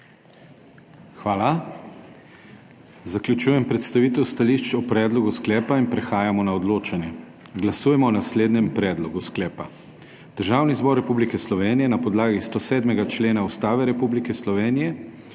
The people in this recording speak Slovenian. Hvala. Zaključujem predstavitev stališč o predlogu sklepa in prehajamo na odločanje. Glasujemo o naslednjem predlogu sklepa: "Državni zbor Republike Slovenije na podlagi 107. člena Ustave Republike Slovenije